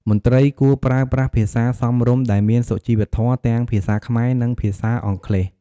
មន្ត្រីគួរប្រើប្រាស់ភាសារសមរម្យដែលមានសុជីវធម៌ ទាំងភាសាខ្មែរ និងភាសាអង់គ្លេស ។